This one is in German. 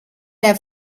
der